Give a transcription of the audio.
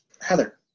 Heather